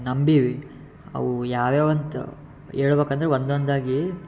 ನಂಬೀವಿ ಅವು ಯಾವ ಯಾವಂತ ಹೇಳ್ಬಕಂದ್ರೆ ಒಂದೊಂದಾಗಿ